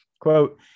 quote